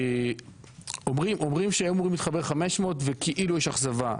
אומרים שהיו אמורים להתחבר 500 וכאילו יש אכזבה.